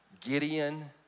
Gideon